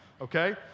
okay